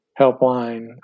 helpline